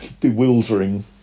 bewildering